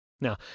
Now